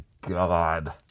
God